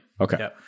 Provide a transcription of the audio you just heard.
Okay